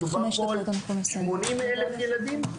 מדובר פה על 80,000 ילדים,